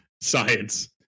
science